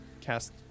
cast